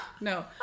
No